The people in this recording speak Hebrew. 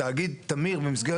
הוא צריך להגיע בצורה מסוימת.